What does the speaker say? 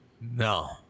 No